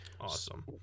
awesome